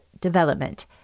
development